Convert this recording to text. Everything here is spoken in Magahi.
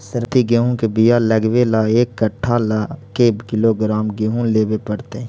सरबति गेहूँ के बियाह लगबे ल एक कट्ठा ल के किलोग्राम गेहूं लेबे पड़तै?